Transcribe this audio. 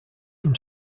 from